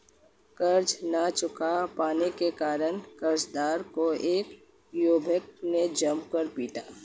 कर्ज ना चुका पाने के कारण, कर्जदार को एक युवक ने जमकर पीटा